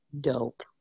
dope